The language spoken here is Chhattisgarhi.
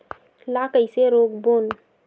ला कइसे रोक बोन?